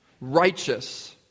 righteous